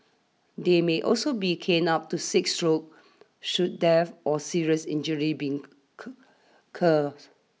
they may also be caned up to six stroke should death or serious injury being